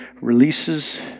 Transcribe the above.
releases